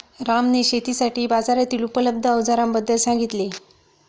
रामने शेतीसाठी बाजारातील उपलब्ध अवजारांबद्दल सांगितले